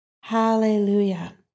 hallelujah